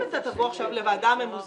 אין בקשת יושב-ראש הוועדה לקידום מעמד